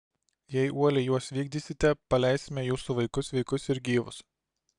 jei uoliai juos vykdysite paleisime jūsų vaikus sveikus ir gyvus